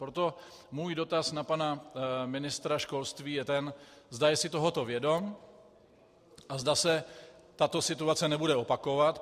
Proto můj dotaz na pana ministra školství je ten, zda si je tohoto vědom a zda se tato situace nebude opakovat.